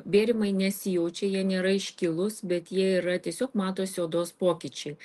bėrimai nesijaučia jie nėra iškilūs bet jie yra tiesiog matosi odos pokyčiai